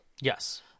Yes